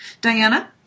Diana